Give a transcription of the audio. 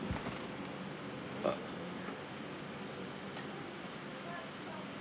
uh